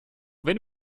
wenn